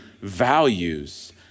values